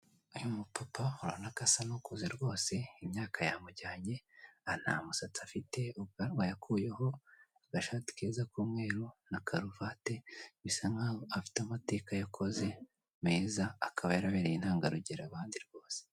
Uyu mu papa urabona ko asa nukuze rwose imyaka yamujyanye ntamusatsi afite ubwanwa yakuyeho kugashati keza k'umweru na karuvate bisa nkaho afite amateka yakoze meza akaba yarabereye intangarugero abandi rwose.